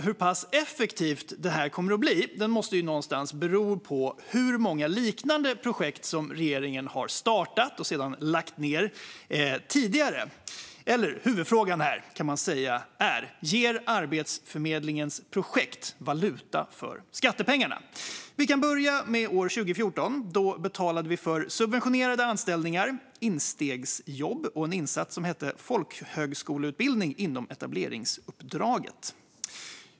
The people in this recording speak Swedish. Hur pass effektivt detta kommer att bli måste i någon mån bero på hur många liknande projekt som regeringen har startat och sedan lagt ned tidigare. Huvudfrågan kan man säga är: Ger Arbetsförmedlingens projekt valuta för skattepengarna? Vi kan börja med år 2014. Då betalade vi för subventionerade anställningar, instegsjobb och en insats för folkhögskoleutbildning inom etableringsuppdraget.